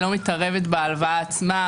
היא לא מתערבת בהלוואה עצמה.